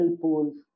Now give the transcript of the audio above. pools